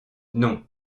non